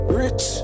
rich